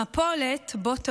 המפולת בוא תבוא.